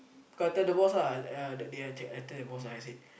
cause I tell the boss ah uh that day I tell I tell the boss and I said